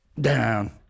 down